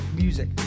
music